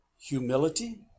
humility